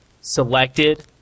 selected